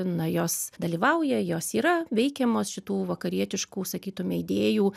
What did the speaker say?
na jos dalyvauja jos yra veikiamos šitų vakarietiškų sakytume idėjų